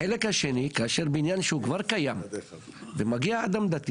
החלק השני: כאשר בניין כבר קיים ומגיע אדם דתי